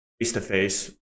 face-to-face